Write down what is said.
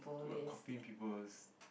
not copying people's